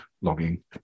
logging